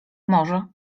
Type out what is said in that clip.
może